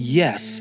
yes